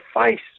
face